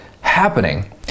happening